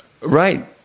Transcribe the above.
right